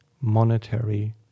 monetary